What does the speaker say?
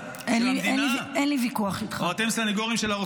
אתם סנגורים שלנו?